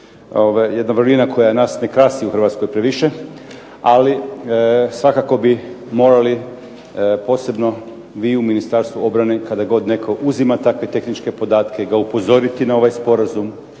jedna margina koja nas ne krasi u Hrvatskoj previše, ali svakako bi morali pogotovo vi u Ministarstvu obrane kada god netko uzima takve tehničke podatke ga upozoriti na ovaj Sporazum,